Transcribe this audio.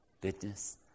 goodness